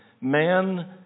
Man